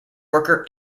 worker